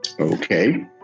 Okay